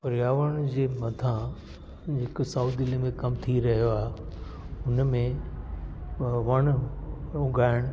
पर्यावरण जे मथां जेका साउथ दिल्ली में कम थी रहियो आहे हुनमें वण उगायण